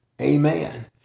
Amen